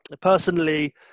Personally